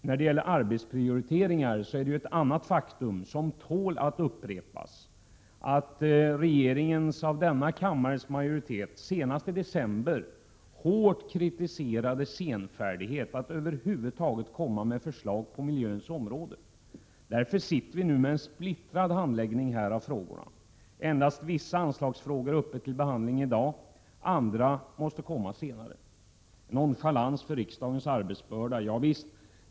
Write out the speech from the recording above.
När det gäller arbetsprioriteringar är det ett annat faktum som tål att upprepas, nämligen regeringens av denna kammares majoritet senast i december hårt kritiserade senfärdighet vad gäller att över huvud taget lägga fram förslag på miljöns område. Därför får vi nu en splittrad handläggning av miljöfrågorna. Endast vissa anslagsfrågor är uppe till behandling i dag. Andra kommer senare. Det är en nonchalans mot riksdagens arbetsbörda! Ja, visst!